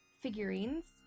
figurines